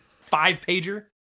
five-pager